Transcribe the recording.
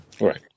Right